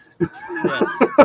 Yes